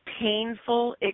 painful